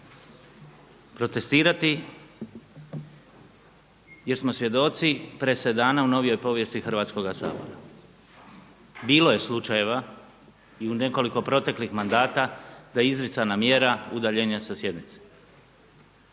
Protestirati jer smo svjedoci presedana u novijoj povijesti Hrvatskoga sabora. Bilo je slučajeva i u nekoliko proteklih mandata da je izricana mjera udaljenja sa sjednice.